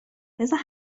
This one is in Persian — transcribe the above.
بزار